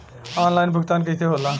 Online भुगतान कईसे होला?